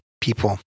people